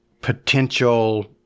potential